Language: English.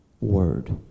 word